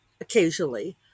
occasionally